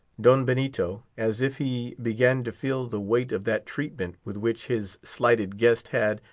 don benito, as if he began to feel the weight of that treatment with which his slighted guest had,